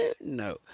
no